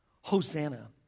Hosanna